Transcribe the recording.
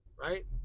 Right